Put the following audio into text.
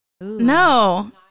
No